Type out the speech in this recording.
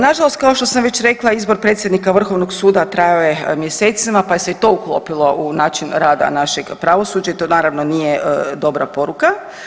Nažalost, kao što sam već rekla izbor predsjednika Vrhovnog suda trajao je mjesecima, pa se je i to uklopilo u način rada našeg pravosuđa i to naravno nije dobra poruka.